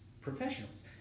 professionals